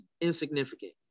insignificant